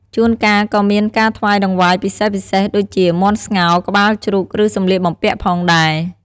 ជួនកាលក៏មានការថ្វាយតង្វាយពិសេសៗដូចជា មាន់ស្ងោរ ក្បាលជ្រូក ឬសម្លៀកបំពាក់ផងដែរ។